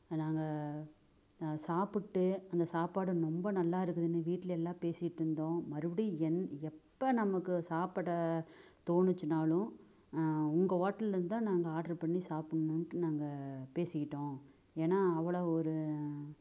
நாங்கள் நான் சாப்பிட்டு அந்த சாப்பாடு ரொம்ப நல்லா இருக்குதுனு வீட்டில எல்லாம் பேசிகிட்ருந்தோம் மறுபடி என் எப்போ நமக்கு சாப்பிட தோணுச்சுனாலும் உங்கள் ஹோட்டல்லருந்து தான் நாங்கள் ஆர்ட்ரு பண்ணி சாப்புட்ணுன்ட்டு நாங்க பேசிக்கிட்டோம் ஏன்னா அவ்வளோ ஒரு